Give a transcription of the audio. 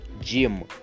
gym